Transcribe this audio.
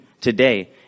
today